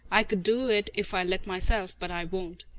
i could do it if i let myself, but i won't.